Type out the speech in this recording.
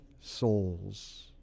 souls